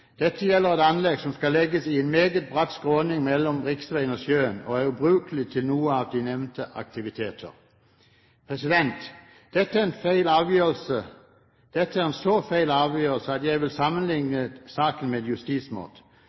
Dette gjelder et anlegg som skal legges i en meget bratt skråning mellom riksveien og sjøen, og som er ubrukelig til noen av de nevnte aktiviteter. Dette er en så feil avgjørelse at jeg vil sammenligne saken med